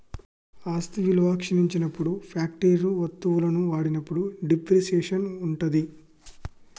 ఆస్తి విలువ క్షీణించినప్పుడు ఫ్యాక్టరీ వత్తువులను వాడినప్పుడు డిప్రిసియేషన్ ఉంటది